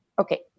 okay